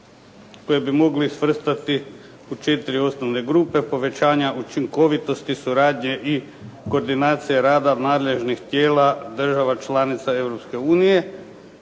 kojeg bi mogli svrstati u 4 osnovne grupe, povećanja učinkovitosti, suradnje i koordinacije rada nadležnih tijela država članica